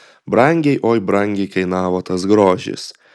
brangiai oi brangiai kainavo tas grožis